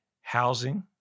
Housing